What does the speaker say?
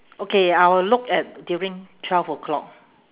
okay I will look at during twelve o'clock